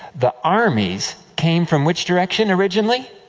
the armies came from which direction, originally?